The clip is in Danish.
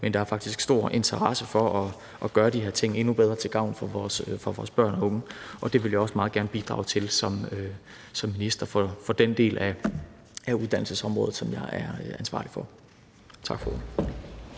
men at der faktisk er stor interesse for at gøre de her ting endnu bedre til gavn for vores børn og unge. Det vil jeg også meget gerne bidrage til som minister for den del af uddannelsesområdet, som jeg er ansvarlig for. Tak for ordet.